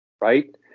right